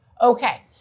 Okay